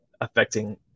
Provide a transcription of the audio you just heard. affecting